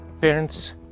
parents